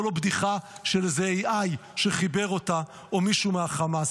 לא בדיחה של איזה AI שחיבר אותה או מישהו מהחמאס.